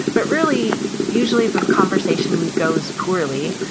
but really usually if a conversation goes poorly,